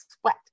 sweat